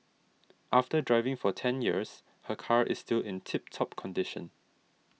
after driving for ten years her car is still in tip top condition